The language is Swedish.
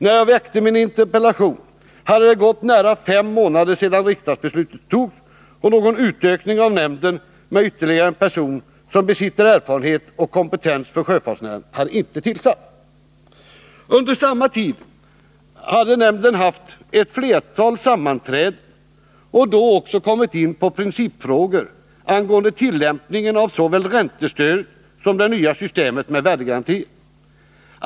När jag framställde min interpellation hade det gått nästan fem månader sedan riksdagsbeslutet fattades, och någon utökning av nämnden med ytterligare en person, som besitter erfarenhet och kompetens för sjöfartsnäringen, hade inte gjorts. Under samma tid hade nämnden haft ett flertal sammanträden och då också kommit in på principfrågor angående tillämpningen av såväl räntestödet som det nya systemet med värdegaranti.